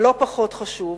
ולא פחות חשוב,